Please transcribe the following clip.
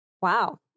Wow